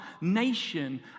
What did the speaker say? nation